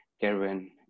Kevin